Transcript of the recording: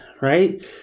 right